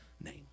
name